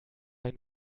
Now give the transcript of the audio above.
ein